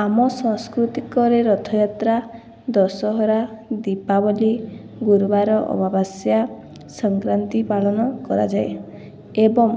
ଆମ ସଂସ୍କୃତିକରେ ରଥଯାତ୍ରା ଦଶହରା ଦୀପାବଳି ଗୁରୁବାର ଅମାବାସ୍ୟା ସଂକ୍ରାନ୍ତି ପାଳନ କରାଯାଏ ଏବଂ